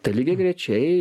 tai lygiagrečiai